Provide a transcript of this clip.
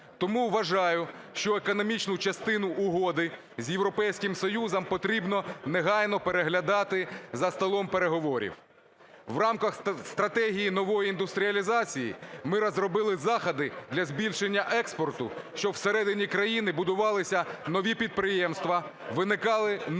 Тому вважаю, що економічну частину Угоди з Європейським Союзом потрібно негайно переглядати за столом переговорів. В рамках стратегії нової індустріалізації ми розробили заходи для збільшення експорту, щоб всередині країни будувалися нові підприємства, виникали нові